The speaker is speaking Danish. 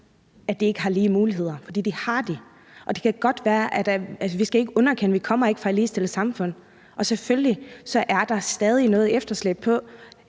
at de ikke har lige muligheder, for det har de. Og vi skal ikke underkende, at vi ikke kommer fra et ligestillet samfund, og selvfølgelig er der stadig et efterslæb i